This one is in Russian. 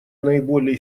наиболее